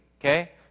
okay